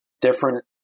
different